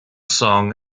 song